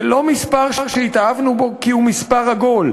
זה לא מספר שהתאהבנו בו כי הוא מספר עגול,